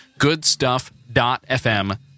Goodstuff.fm